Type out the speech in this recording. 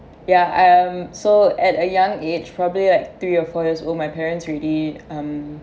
ya um so at a young age probably like three or four years old my parents already um